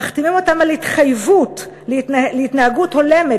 מחתימים אותם על התחייבות להתנהגות הולמת.